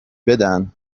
بدن